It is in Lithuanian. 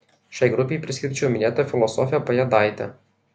šiai grupei priskirčiau minėtą filosofę pajėdaitę